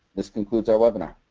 this concludes our webinar.